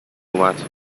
اومد